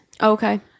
Okay